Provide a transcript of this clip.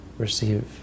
receive